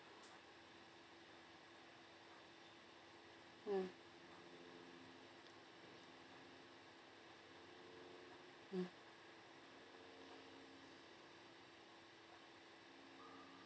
mm